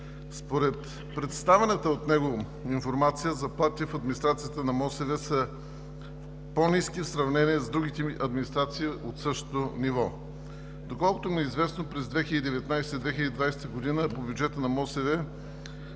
Според представената от него информация заплатите в администрацията на МОСВ са по-ниски в сравнение с другите администрации от същото ниво. Доколкото ми е известно, през 2019-а и 2020 г. по бюджета на